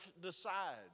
decide